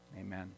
Amen